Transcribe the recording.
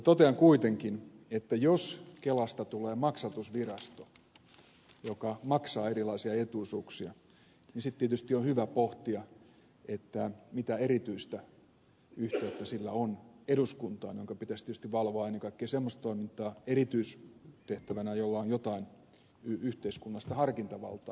totean kuitenkin että jos kelasta tulee maksatusvirasto joka maksaa erilaisia etuisuuksia niin sitten tietysti on hyvä pohtia mitä erityistä yhteyttä sillä on eduskuntaan jonka pitäisi tarkasti valvoa ennen kaikkea semmoista toimintaa erityistehtävänä jolla on jotain yhteiskunnallista harkintavaltaa olemassa